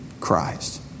Christ